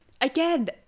Again